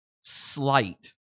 slight